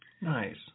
Nice